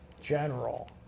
general